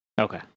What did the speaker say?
Okay